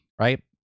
right